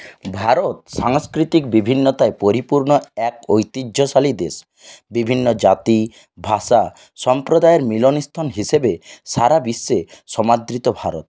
ভারত সাংস্কৃতিক বিভিন্নতায় পরিপূর্ণ এক ঐতিহ্যশালী দেশ বিভিন্ন জাতি ভাষা সম্প্রদায়ের মিলনস্থল হিসেবে সারা বিশ্বে সমাদৃত ভারত